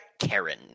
Karen